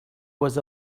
was